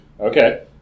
Okay